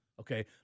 Okay